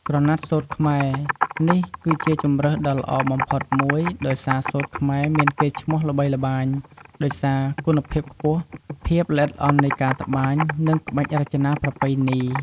ក្រណាត់សូត្រខ្មែរ នេះគឺជាជម្រើសដ៏ល្អបំផុតមួយ ដោយសារ សូត្រខ្មែរ មានកេរ្តិ៍ឈ្មោះល្បីល្បាញដោយសារគុណភាពខ្ពស់ ភាពល្អិតល្អន់នៃការត្បាញ និងក្បាច់រចនាប្រពៃណី។